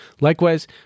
Likewise